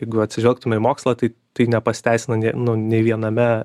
jeigu atsižvelgtume į mokslą tai tai nepasiteisino nė nu nei viename